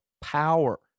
power